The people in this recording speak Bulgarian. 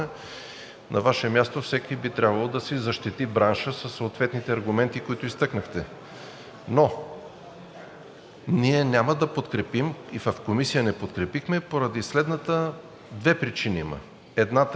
на Ваше място всеки би трябвало да си защити бранша със съответните аргументи, които изтъкнахте, но ние няма да го подкрепим. И в Комисията не го подкрепихме поради две причини. Едната е